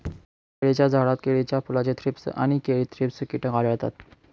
केळीच्या झाडात केळीच्या फुलाचे थ्रीप्स आणि केळी थ्रिप्स कीटक आढळतात